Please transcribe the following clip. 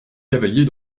cavalier